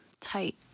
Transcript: tight